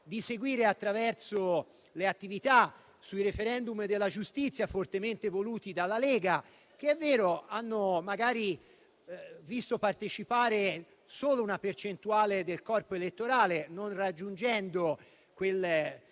di seguire attraverso le attività sui *referendum* della giustizia, fortemente voluti dalla Lega, che - è vero - hanno magari visto partecipare solo una percentuale del corpo elettorale, non raggiungendo quel